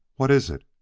what is it?